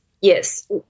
Yes